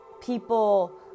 people